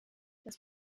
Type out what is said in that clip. das